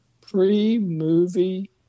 pre-movie